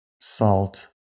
salt